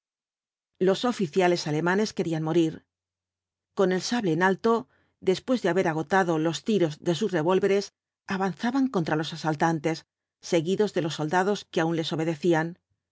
los oficiales alemanes querían morir con el sable en alto después de haber agotado los tiros de sus revólvers avanzaban contra los asaltantes seguidos de los soldados que aun les obedecían